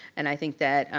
and i think that